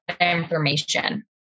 information